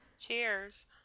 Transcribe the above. Cheers